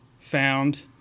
found